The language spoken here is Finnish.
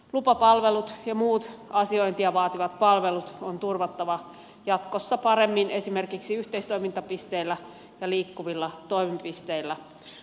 lupapalvelut ja muut asiointia vaativat palvelut on turvattava jatkossa paremmin esimerkiksi yhteistoimintapisteillä ja liikkuvilla toimipisteillä